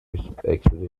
exhibitions